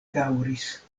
daŭris